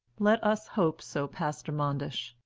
let us hope so, pastor manders.